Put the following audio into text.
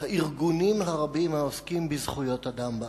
הארגונים הרבים העוסקים בזכויות אדם בארץ.